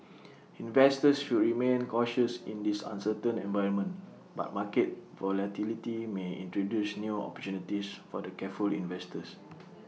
investors should remain cautious in this uncertain environment but market volatility may introduce new opportunities for the careful investor